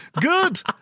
Good